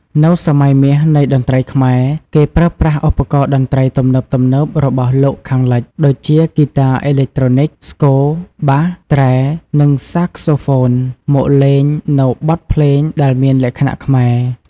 នៅសម័យមាសនៃតន្ត្រីខ្មែរ គេប្រើប្រាស់ឧបករណ៍តន្ត្រីទំនើបៗរបស់លោកខាងលិច ដូចជាហ្គីតាអេឡិចត្រូនិក ស្គរ បាស ត្រែ និងសាក្សូហ្វូន មកលេងនូវបទភ្លេងដែលមានលក្ខណៈខ្មែរ។